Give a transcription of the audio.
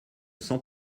sans